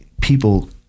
people